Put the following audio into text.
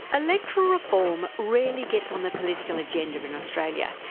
electoral reform rarely gets on the political agenda in australia,